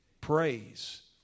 Praise